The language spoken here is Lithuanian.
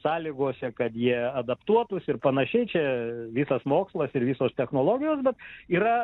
sąlygose kad jie adaptuotųsi ir panašiai čia visas mokslas ir visos technologijos bet yra